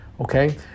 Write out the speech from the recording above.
Okay